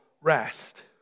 rest